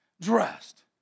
dressed